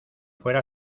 fuera